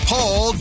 Paul